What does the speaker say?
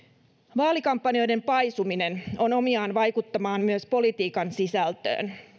vaalikampanjoiden paisuminen on omiaan vaikuttamaan myös politiikan sisältöön